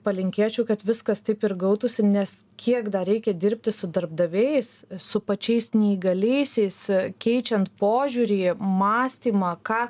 palinkėčiau kad viskas taip ir gautųsi nes kiek dar reikia dirbti su darbdaviais su pačiais neįgaliaisiais keičiant požiūrį mąstymą ką